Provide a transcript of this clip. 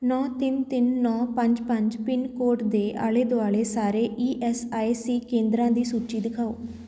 ਨੌ ਤਿੰਨ ਤਿੰਨ ਨੌ ਪੰਜ ਪੰਜ ਪਿੰਨ ਕੋਡ ਦੇ ਆਲੇ ਦੁਆਲੇ ਸਾਰੇ ਈ ਐੱਸ ਆਈ ਸੀ ਕੇਂਦਰਾਂ ਦੀ ਸੂਚੀ ਦਿਖਾਓ